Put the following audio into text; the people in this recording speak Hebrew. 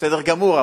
בסדר גמור,